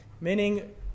meaning